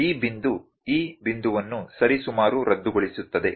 ಈ ಬಿಂದು ಈ ಬಿಂದುವನ್ನು ಸರಿಸುಮಾರು ರದ್ದುಗೊಳಿಸುತ್ತದೆ